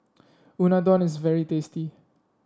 unadon is very tasty